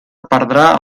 perdrà